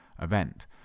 event